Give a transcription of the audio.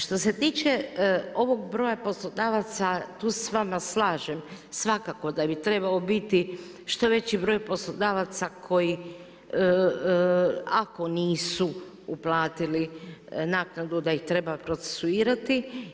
Što se tiče ovog broja poslodavaca, tu se s vama slažem, svakako da bi trebalo biti što veći broj poslodavaca koji ako nisu uplatili naknadu da ih treba procesuirati.